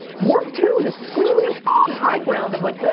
work, too, this freelance ah and high ground of like, nuh.